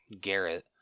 Garrett